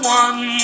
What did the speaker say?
one